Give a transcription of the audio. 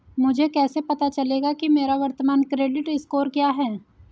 मुझे कैसे पता चलेगा कि मेरा वर्तमान क्रेडिट स्कोर क्या है?